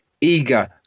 eager